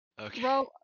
okay